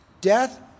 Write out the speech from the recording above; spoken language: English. death